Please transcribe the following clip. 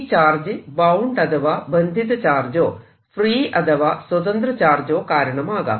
ഈ charge bound അഥവാ ബന്ധിത ചാർജോ ഫ്രീ അഥവാ സ്വതന്ത്ര ചാർജോ കാരണമാകാം